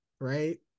Right